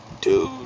dude